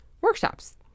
workshops